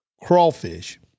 Crawfish